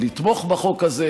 לתמוך בחוק הזה,